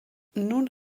nun